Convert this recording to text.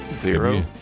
Zero